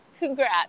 Congrats